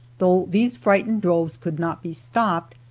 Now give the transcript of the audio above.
though these frightened droves could not be stopped,